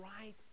right